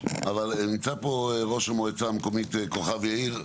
אבל נמצא פה ראש המועצה המקומית כוכב יאיר,